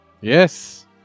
Yes